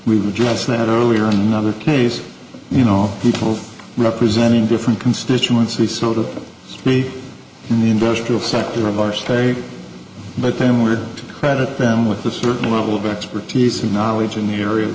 up we've just met earlier in the other case you know people representing different constituencies so to me in the industrial sector of our story but then we're to credit them with a certain level of expertise and knowledge in the area of